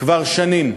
כבר שנים.